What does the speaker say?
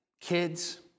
kids